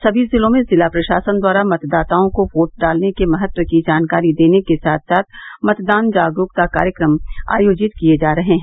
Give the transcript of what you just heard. सभी जिलों में जिला प्रशासन द्वारा मतदाताओं को वोट डालने के महत्व की जानकारी देने के साथ साथ मतदान जागरूकता कार्यक्रम आयोजित किये जा रहे हैं